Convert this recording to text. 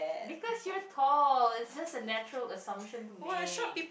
because you're tall it's just a natural assumption to make